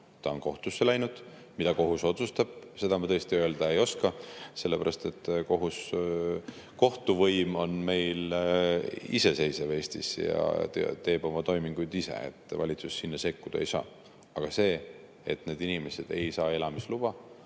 Ta on kohtusse läinud. Mida kohus otsustab, seda ma tõesti öelda ei oska, sellepärast et kohtuvõim on meil iseseisev Eestis ja teeb oma toiminguid ise. Valitsus sinna sekkuda ei saa. Aga see, et need inimesed ei saa elamisluba,